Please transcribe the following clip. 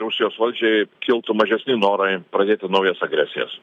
rusijos valdžiai kiltų mažesni norai pradėti naujas agresijas